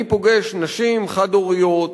אני פוגש נשים חד-הוריות